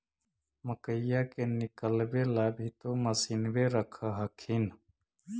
मकईया के निकलबे ला भी तो मसिनबे रख हखिन?